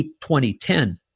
2010